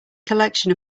collection